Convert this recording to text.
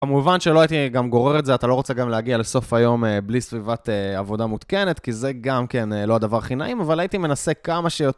במובן שלא הייתי גם גורר את זה, אתה לא רוצה גם להגיע לסוף היום בלי סביבת עבודה מותקנת, כי זה גם כן לא הדבר הכי נעים, אבל הייתי מנסה כמה שיותר.